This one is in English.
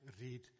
read